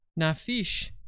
Nafish